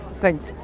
Thanks